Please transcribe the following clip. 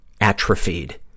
atrophied